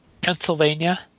Pennsylvania